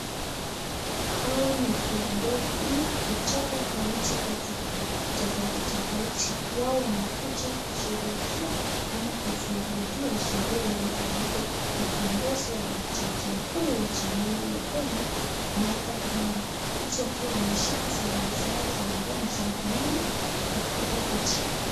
Hawa ni viongozi kutoka kaunti tofauti tofauti wao wamekuja kusherehekea ama kushuhudia sherehe iliyofanyika ikiongozwa na jaji mkuu wa jamuhuri la kenya Martha Koome wote wakiwa wameshika zawadi za mkononi na kupigwa picha.